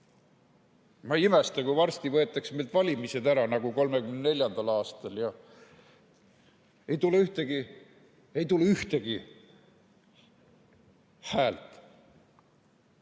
Ma ei imesta, kui varsti võetaks meilt valimised ära nagu 1934. aastal ja ei tule ühtegi häält.